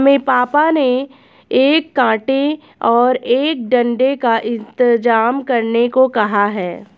हमें पापा ने एक कांटे और एक डंडे का इंतजाम करने को कहा है